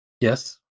Yes